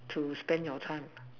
to spend your time